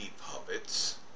puppets